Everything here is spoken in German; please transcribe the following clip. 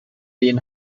den